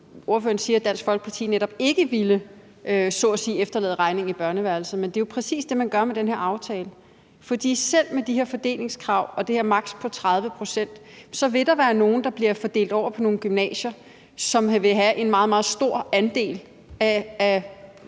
ikke ville – så at sige – efterlade regningen i børneværelset. Men det er jo præcis det, man gør med den her aftale. For selv med de her fordelingskrav og det her maks. på 30 pct. vil der være nogle, der bliver fordelt over på nogle gymnasier, som vil have en meget, meget stor andel af